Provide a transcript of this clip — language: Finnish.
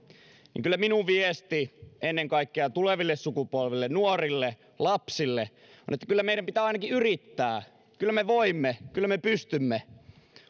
niin kyllä minun viestini ennen kaikkea tuleville sukupolville nuorille lapsille on se että kyllä meidän pitää ainakin yrittää kyllä me voimme kyllä me pystymme